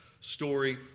story